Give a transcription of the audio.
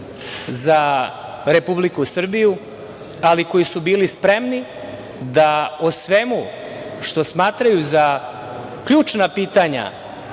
za Republiku Srbiju, ali koji su bili spremni da o svemu što smatraju za ključna pitanja